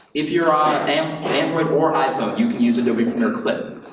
if you're on and android or iphone, you can use adobe premiere clip.